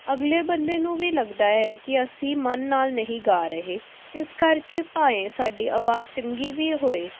ਅਗਲੇ ਬੰਦੇ ਨੂੰ ਵੀ ਲੱਗਦਾ ਹੈ ਕਿ ਅਸੀਂ ਮਨ ਨਾਲ ਨਹੀਂ ਗਾ ਰਹੇ ਇਸ ਕਰਕੇ ਭਾਵੇਂ ਸਾਡੀ ਆਵਾਜ਼ ਚੰਗੀ ਵੀ ਹੋਵੇ